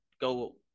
go